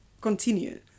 continue